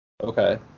Okay